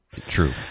true